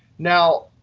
now,